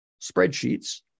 spreadsheets